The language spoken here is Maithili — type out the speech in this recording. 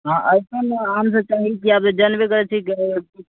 हँ अइसन ने आमसभ चाही कि आब जानबे करैत छियै तब